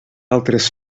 altres